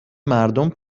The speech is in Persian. مردم